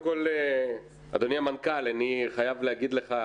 אדוני המנכ"ל, אני חייב להגיד לך